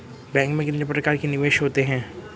Bank में कितने प्रकार के निवेश होते हैं?